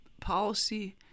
policy